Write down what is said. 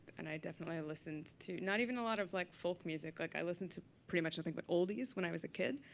and i definitely listened to not even a lot of like folk music. like i listened to, pretty much, i think, but oldies when i was a kid.